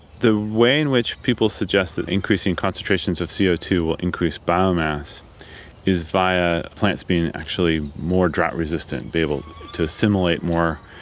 the way in which people suggest increasing concentrations of c o two will increase biomass is via plants being actually more drought resistant, be able to assimilate more,